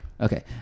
Okay